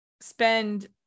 spend